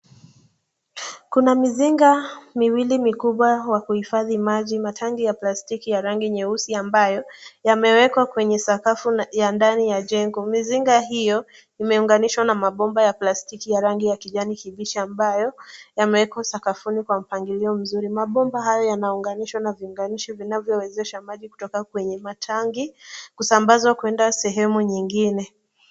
Kuna mizinga miwili mikubwa wa kuhifadhi maji. Matangi ya plastiki ya rangi nyeusi ambayo yamewekwa kwenye sakafu ya ndani ya jengo. Mizinga hiyo, imeunganishwa na mabomba ya plastiki ya rangi ya kijani kibichi ambayo yamewekwa sakafuni kwa mpangilio mzuri. Mabomba hayo yameunganishwa na viunganishi vinavyowezesha maji kutoka kwenye matangi kusambazwa kuenda sehemu nyingine.